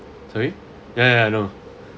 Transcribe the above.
sorry ya ya I know